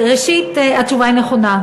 ראשית, נכון.